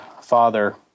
father